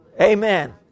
Amen